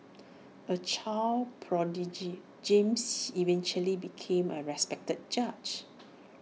A child prodigy James eventually became A respected judge